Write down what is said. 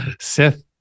Seth